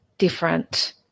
Different